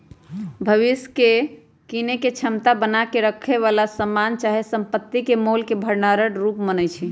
भविष्य में कीनेके क्षमता बना क रखेए बला समान चाहे संपत्ति के मोल के भंडार रूप मानइ छै